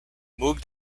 moog